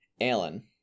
Alan